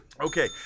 Okay